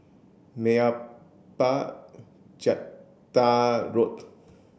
Meyappa Road